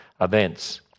events